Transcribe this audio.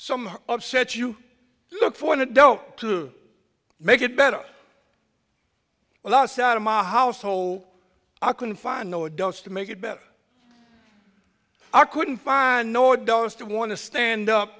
some upset you look for an adult to make it better well outside of my household i can find no adults to make it better i couldnt find nor dollars to want to stand up